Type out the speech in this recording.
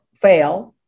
fail